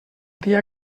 dia